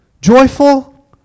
Joyful